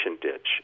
ditch